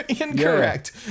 Incorrect